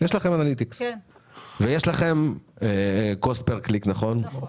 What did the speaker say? ויש לכם קוספרקליק, נכון?